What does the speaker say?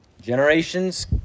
generations